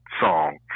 song